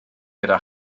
gyda